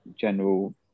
General